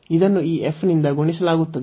ಇದನ್ನು ಈ f ನಿಂದ ಗುಣಿಸಲಾಗುತ್ತದೆ